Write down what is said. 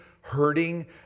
hurting